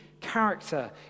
character